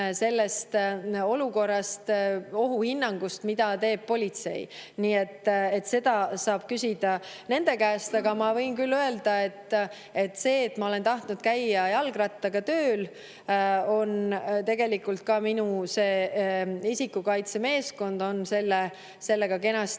See lähtub olukorrast ja ohuhinnangust, mille teeb politsei. Seda saab küsida nende käest. Aga ma võin küll öelda, et kui ma olen tahtnud käia jalgrattaga tööl, siis tegelikult on ka minu isikukaitsemeeskond sellega kenasti